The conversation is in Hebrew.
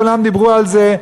כולם דיברו על זה.